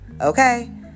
Okay